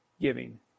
giving